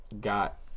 got